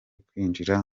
kwinjira